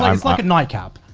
um it's like a nightcap.